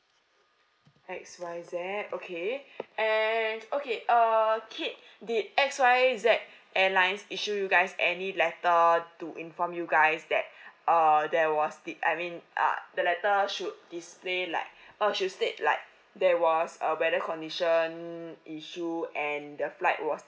X Y Z okay and okay uh kate did X Y Z airlines issued you guys any letter to inform you guys that err there was the I mean uh the letter should display like uh should state like there was a weather condition issue and the flight was